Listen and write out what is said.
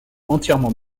entièrement